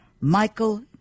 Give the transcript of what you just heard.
Michael